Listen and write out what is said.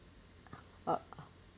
uh